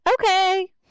Okay